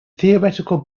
theoretical